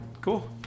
Cool